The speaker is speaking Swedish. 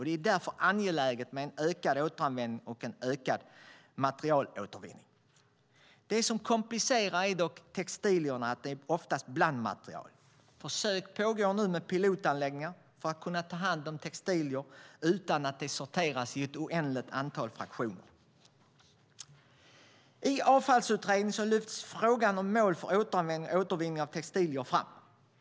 Det är därför angeläget med en ökad återanvändning och en ökad materialåtervinning. Det som komplicerar är dock att textilerna oftast är blandmaterial. Försök pågår med pilotanläggningar för att kunna ta om hand textilier utan att de sorteras i ett oändligt antal fraktioner. I Avfallsutredningen lyfts frågan om mål för återanvändning och återvinning av textilier fram.